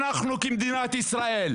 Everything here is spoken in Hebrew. אז אנחנו כמדינת ישראל,